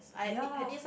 ya